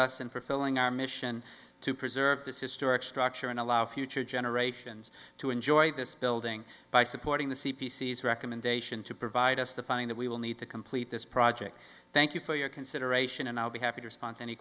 us in for filling our mission to preserve this historic structure and allow future generations to enjoy this building by supporting the c p c's recommendation to provide us the funding that we will need to complete this project thank you for your consideration and i'll be happy to respond